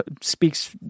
speaks